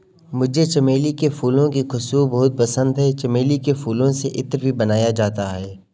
मुझे चमेली के फूलों की खुशबू बहुत पसंद है चमेली के फूलों से इत्र भी बनाया जाता है